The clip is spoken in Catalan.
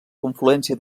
confluència